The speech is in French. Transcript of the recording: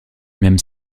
même